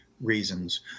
reasons